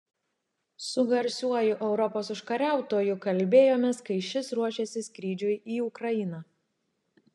su garsiuoju europos užkariautoju kalbėjomės kai šis ruošėsi skrydžiui į ukrainą